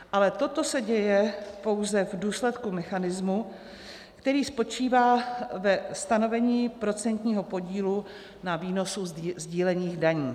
Ale toto se děje pouze v důsledku mechanismu, který spočívá ve stanovení procentního podílu na výnosu sdílených daní.